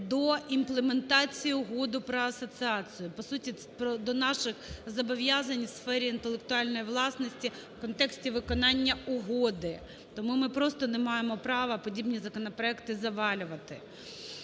до імплементації Угоди про асоціацію, по суті, до наших зобов'язань у сфері інтелектуальної власності в контексті виконання угоди. Тому ми просто не маємо права подібні законопроекти завалювати.